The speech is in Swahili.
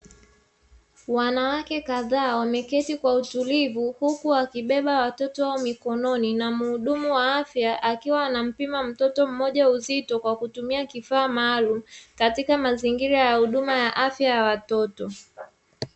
Wanawake kadhaa wameketi kwa utulivu huku akibeba watoto au mikononi, na mhudumu wa afya akiwa anampima mtoto mmoja uzito kwa kutumia kifaa maalumu katika mazingira ya huduma ya afya ya watoto.